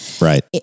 right